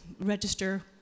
register